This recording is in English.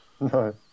No